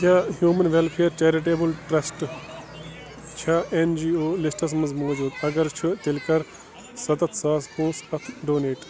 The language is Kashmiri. کیٛاہ ہیٛوٗمن ویٚلفِیَر چیرِٹیبٕل ٹرٛسٹ چھا این جی او لسٹَس منٛز موٗجوٗد اگر چھُ تیٚلہِ کَر سَتتھ ساس پۄنٛسہٕ اَتھ ڈونیٹ